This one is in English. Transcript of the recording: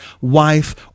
wife